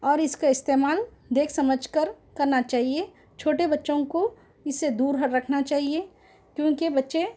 اور اس کا استعمال دیکھ سمجھ کر کرنا چاہیے چھوٹے بچوں کو اس سے دور رکھنا چاہیے کیونکہ بچے